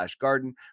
garden